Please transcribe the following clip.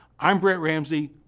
i'm brent ramsey,